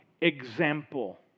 example